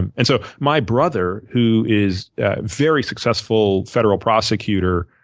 and and so my brother who is a very successful federal prosecutor